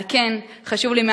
על כן חשוב לי,